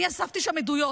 אני אספתי שם עדויות.